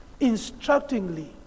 instructingly